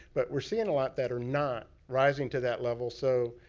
but we're seeing a lot that are not rising to that level. so,